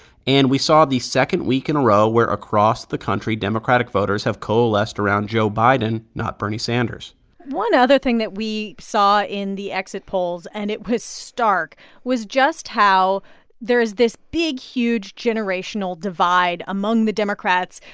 and we saw the second week in a row, where, across the country, democratic voters have coalesced around joe biden, not bernie sanders one other thing that we saw in the exit polls and it was stark was just how there is this big, huge generational divide among the democrats,